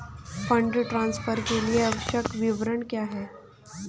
Fund transfer के लिए आवश्यक विवरण क्या हैं?